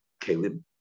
Caleb